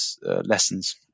lessons